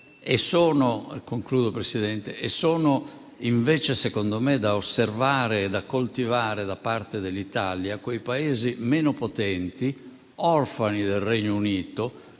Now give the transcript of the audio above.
me, sono invece da osservare e coltivare, da parte dell'Italia, quei Paesi meno potenti, orfani del Regno Unito,